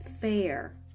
fair